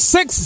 Six